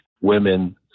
women